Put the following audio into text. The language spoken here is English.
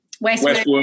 Westwood